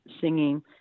singing